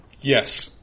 Yes